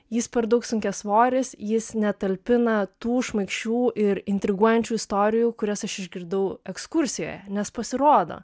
jis per daug sunkiasvoris jis netalpina tų šmaikščių ir intriguojančių istorijų kurias aš išgirdau ekskursijoje nes pasirodo